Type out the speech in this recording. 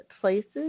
places